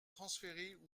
transférer